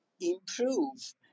improve